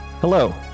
Hello